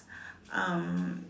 um